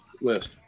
list